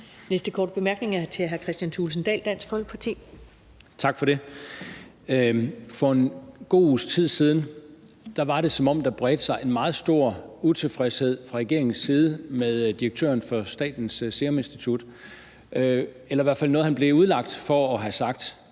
Næste korte bemærkning er fra hr. Kristian Thulesen Dahl, Dansk Folkeparti. Kl. 14:08 Kristian Thulesen Dahl (DF): Tak for det. For en god uges tid siden var det, som om der bredte sig en meget stor utilfredshed fra regeringens side med direktøren for Statens Serum Institut, da det, han sagde, blev udlagt, som om vi skulle